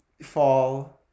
fall